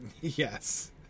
yes